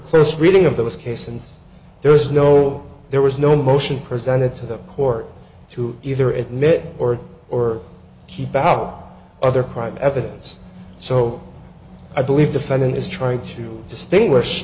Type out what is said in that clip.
close reading of this case and there was no there was no motion presented to the court to either it met or or keep out other crime evidence so i believe defendant is trying to distinguish